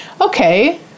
Okay